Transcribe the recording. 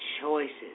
choices